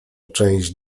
część